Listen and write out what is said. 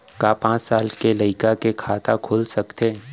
का पाँच साल के लइका के खाता खुल सकथे?